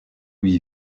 lui